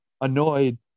annoyed